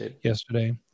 yesterday